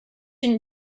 and